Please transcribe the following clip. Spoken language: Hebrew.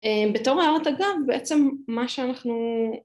אמ.. בתור הערות הגב בעצם מה שאנחנו..